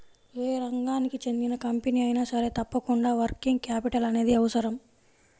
యే రంగానికి చెందిన కంపెనీ అయినా సరే తప్పకుండా వర్కింగ్ క్యాపిటల్ అనేది అవసరం